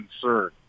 concern